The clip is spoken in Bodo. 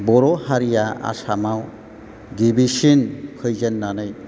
बर' हारिया आसामाव गिबिसिन फैजेननानै